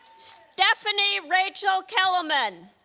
stephanie rachel kelemen